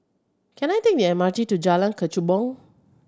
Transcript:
can I take the M R T to Jalan Kechubong